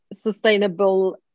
sustainable